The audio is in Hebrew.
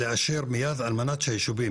אלא לאשר מיד על מנת שהישובים,